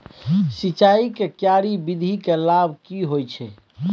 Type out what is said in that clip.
सिंचाई के क्यारी विधी के लाभ की होय छै?